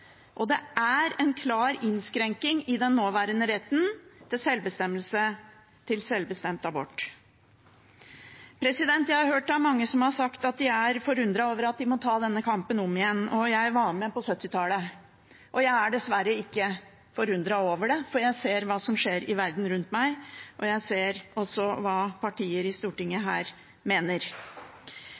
selvbestemmelse. Det er en klar innskrenking i den nåværende retten til selvbestemmelse, til selvbestemt abort. Jeg har hørt mange si at de er forundret over at de må ta denne kampen om igjen – jeg var med på 1970-tallet – og jeg er dessverre ikke forundret over det, for jeg ser hva som skjer i verden rundt meg. Jeg ser også hva partier her i Stortinget mener.